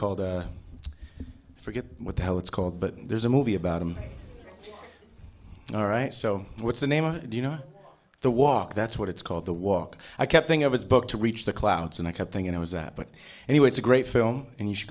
called i forget what the hell it's called but there's a movie about him all right so what's the name of you know the walk that's what it's called the walk i kept saying i was booked to reach the clouds and i kept thinking i was that but anyway it's a great film and you should